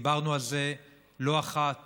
דיברנו על זה לא אחת